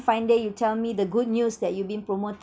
fine day you tell me the good news that you've been promoted